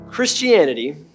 Christianity